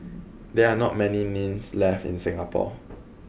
there are not many kilns left in Singapore